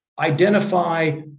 identify